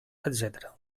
etcètera